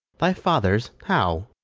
thy father's! how?